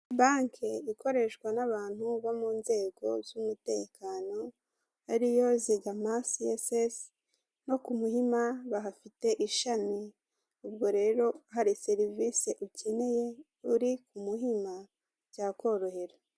Banki ikoreshwa n'abantu bo mu nzego z'umutekano, ariyo zigama se esesi no ku Muhima bahafite ishami, ubwo rero hari serivisi ukeneye uri ku muhima byakorohera.